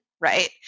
right